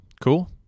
Cool